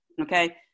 okay